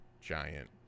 giant